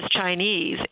Chinese